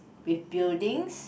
with buildings